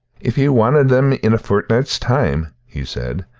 if ye wanted them in a fortnicht's time, he said,